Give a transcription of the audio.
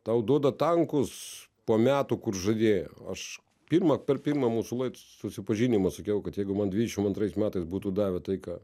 tau duoda tankus po metų kur žadėjo aš pirmą per pirmą mūsų susipažinimą sakiau kad jeigu man dvidešim antrais metais būtų davę tai ką